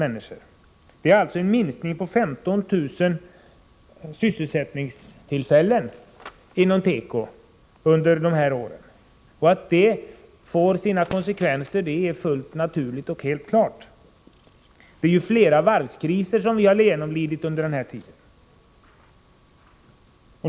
Det innebär alltså en minskning på 15 000 sysselsättningstillfällen inom teko under de senaste åren. Att detta får sina konsekvenser är fullt naturligt och helt klart. Det är flera varvskriser som vi har genomlidit under den här tiden.